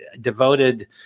devoted